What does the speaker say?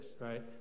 right